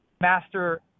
master